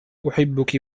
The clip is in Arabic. أحبك